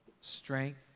strength